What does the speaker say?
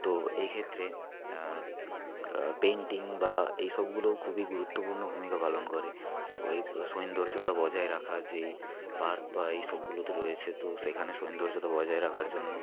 তো এই ক্ষেত্রে পেইন্টিং বা এইসবগুলোও খুবই গুরুত্বপূর্ণ ভূমিকা পালন করে ওই সৌন্দর্যতা বজায় রাখা যেই পার্ক বা এইসবগুলোতে রয়েছে তো সেইখানে সৌন্দর্যতা বজায় রাখার জন্য